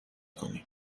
کنیم